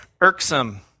irksome